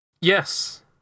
Yes